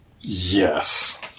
Yes